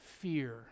fear